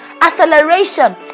acceleration